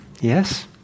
Yes